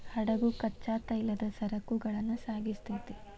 ಹಡಗು ಕಚ್ಚಾ ತೈಲದ ಸರಕುಗಳನ್ನ ಸಾಗಿಸ್ತೆತಿ